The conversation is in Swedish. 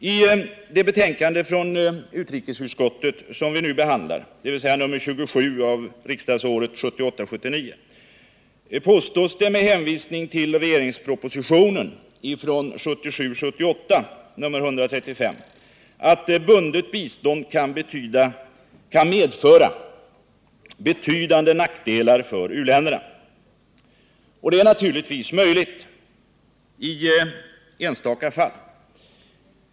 I det betänkande från utrikesutskottet som vi nu behandlar, 1978 78:135 att bundet bistånd kan medföra betydande nackdelar för u-länderna. Det är naturligtvis möjligt i enstaka fall.